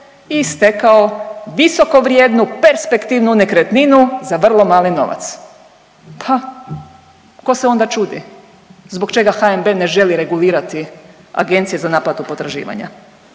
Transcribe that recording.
i stekao visokovrijednu perspektivnu nekretninu za vrlo mali novac, pa ko se onda čudi zbog čega HNB ne želi regulirati Agencije za naplatu potraživanja.